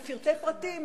בפרטי פרטים,